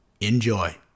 enjoy